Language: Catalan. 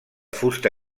fusta